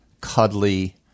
cuddly